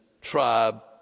tribe